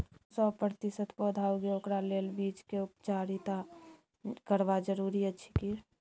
सौ प्रतिसत पौधा उगे ओकरा लेल बीज के उपचारित करबा जरूरी अछि की?